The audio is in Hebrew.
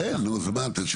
אין לה, תומר.